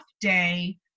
day